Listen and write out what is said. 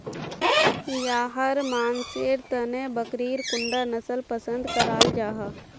याहर मानसेर तने बकरीर कुंडा नसल पसंद कराल जाहा?